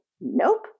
nope